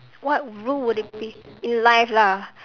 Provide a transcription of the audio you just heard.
what rule will it be in life lah